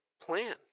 plan